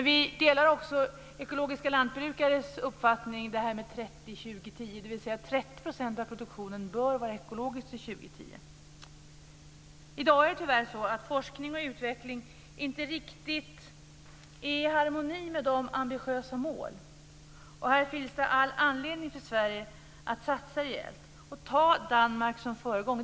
Vi delar också ekologiska lantbrukares uppfattning att 30 % I dag är det tyvärr så att forskning och utveckling inte riktigt är i harmoni med de ambitiösa målen. Här finns det all anledning för Sverige att satsa rejält och se Danmark som föregångare.